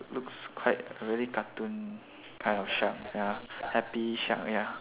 looks quite very cartoon kind of shark ya happy shark ya